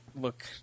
look